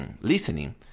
listening